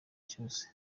cyose